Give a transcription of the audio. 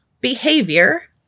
behavior